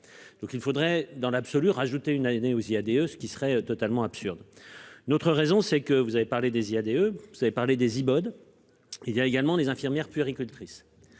donc il faudrait, dans l'absolu rajouter une année aux IADE, ce qui serait totalement absurde. Notre raison c'est que vous avez parlé des Iade. Vous savez avez parlé des iPods. Il y a également des infirmières puéricultrices.